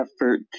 effort